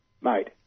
mate